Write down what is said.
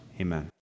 Amen